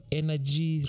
energy